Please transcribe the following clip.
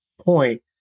point